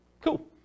Cool